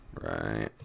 Right